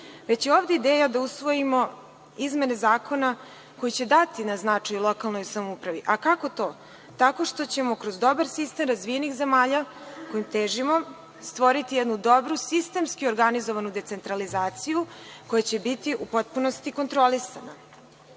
već je ovde ideja da usvojimo izmene zakona koji će dati na značaju lokalnoj samoupravi. Kako to? Tako što ćemo kroz dobar sistem razvijenih zemalja, kojim težimo, stvoriti jednu dobru sistemski organizovanu decentralizaciju koja će biti u potpunosti kontrolisana. Svojim